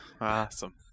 Awesome